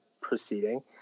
proceeding